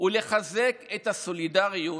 ולחזק את הסולידריות